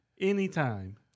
anytime